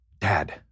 Dad